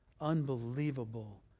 Unbelievable